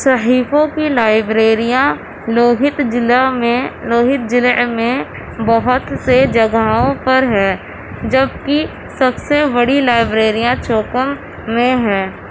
صحیفوں کی لائبریریاں لوہت ضلع میں لوہیت ضلعے میں بہت سے جگہوں پر ہے جب کہ سب سے بڑی لائبریریاں چوکم میں ہے